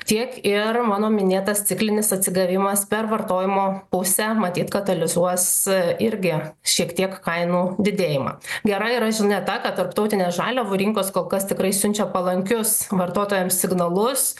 tiek ir mano minėtas ciklinis atsigavimas per vartojimo pusę matyt katalizuos irgi šiek tiek kainų didėjimą gera yra žinia ta kad tarptautinės žaliavų rinkos kol kas tikrai siunčia palankius vartotojams signalus